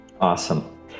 Awesome